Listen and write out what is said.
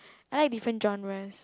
I like different genres